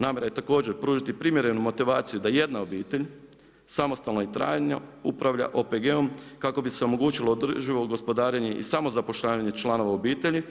Namjera je također pružiti primjerenu motivaciju, da jedna obitelj samostalno i trajno upravlja OPG-om kako bi se omogućila održivo gospodarenje i samozapošljavanje članova obitelji